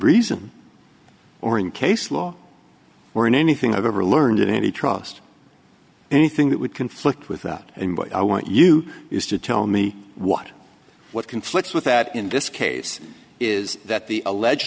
reason or in case law or in anything i've ever learned any trust anything that would conflict without and i want you used to tell me what what conflicts with that in this case is that the alleged